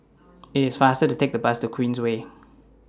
IT IS faster to Take The Bus to Queensway